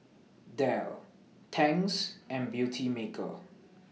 Dell Tangs and Beautymaker